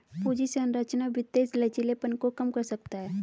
पूंजी संरचना वित्तीय लचीलेपन को कम कर सकता है